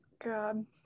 god